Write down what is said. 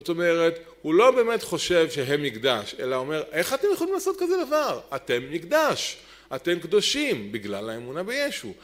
זאת אומרת הוא לא באמת חושב שהם נקדש אלא אומר איך אתם יכולים לעשות כזה דבר, אתם נקדש, אתם קדושים בגלל האמונה בישו